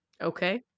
okay